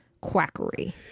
quackery